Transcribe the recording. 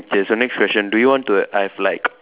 okay so next question do you want to have like